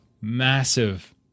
massive